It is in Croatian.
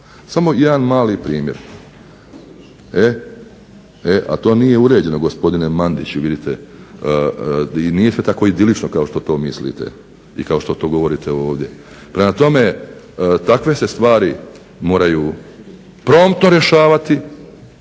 Samo jedan mali primjer. A to nije uređeno gospodine Mandiću, nije to tako idilično kao što mislite i kao što govorite ovdje. Prema tome, takve stvari se moraju promptno rješavati